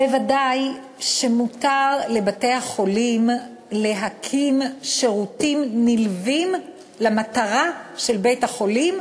ודאי שמותר לבתי-החולים להקים שירותים נלווים למטרה של בית-החולים,